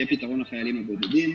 יהיה פתרון לחיילים הבודדים.